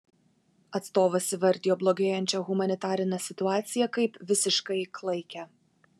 atstovas įvardijo blogėjančią humanitarinę situaciją kaip visiškai klaikią